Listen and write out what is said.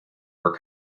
were